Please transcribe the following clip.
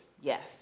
yes